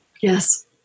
yes